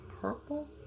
purple